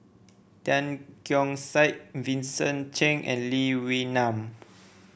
Tan Keong Saik Vincent Cheng and Lee Wee Nam